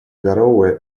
гароуэ